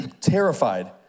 terrified